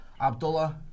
Abdullah